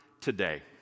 today